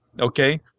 Okay